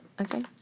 Okay